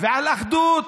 ועל אחדות